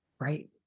Right